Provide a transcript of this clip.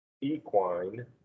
equine